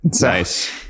Nice